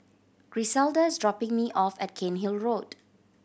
Griselda is dropping me off at Cairnhill Road